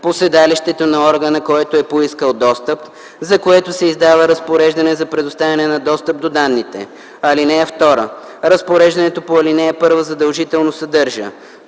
по седалището на органа, който е поискал достъп, за което се издава разпореждане за предоставяне на достъп до данните. (2) Разпореждането по ал. 1 задължително съдържа: